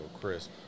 crisp